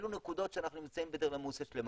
אלו נקודות שאנחנו נמצאים באנדרלמוסיה שלמה,